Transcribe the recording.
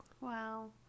wow